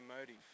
motive